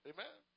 Amen